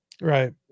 right